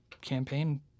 campaign